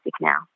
now